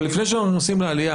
אבל לפני שאנחנו עוברים לעלייה,